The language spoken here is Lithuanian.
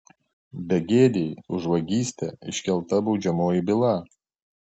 begėdei už vagystę iškelta baudžiamoji byla